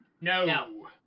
No